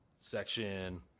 section